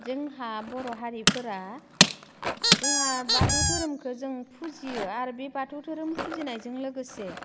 जोंहा बर' हारिफोरा जोंहा बाथौ धोरोमखौ जों फुजियो आर बि बाथौ धोरोम फुजिनायजों लोगोसे